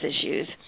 issues